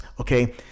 Okay